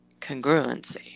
congruency